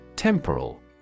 Temporal